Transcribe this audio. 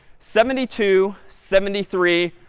seventy two, seventy three,